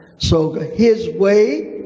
so his way